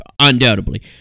undoubtedly